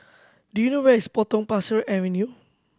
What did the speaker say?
do you know where is Potong Pasir Avenue